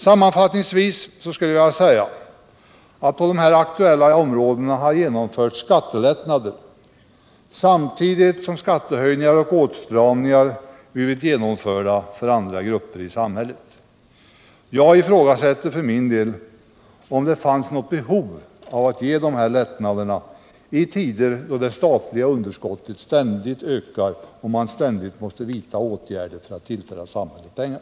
Sammanfattningsvis skulle jag vilja säga att på de här aktuella områdena har det genomförts skattelättnader, samtidigt som skattehöjningar och åtstramningar blivit genomförda för andra grupper i samhället. Jag ifrågasätter för min del om det fanns något behov av att ge de här lättnaderna i tider då det statliga underskottet ständigt ökar och man ständigt måste vidta åtgärder för att tillföra samhället pengar.